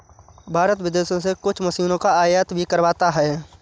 भारत विदेशों से कुछ मशीनों का आयात भी करवाता हैं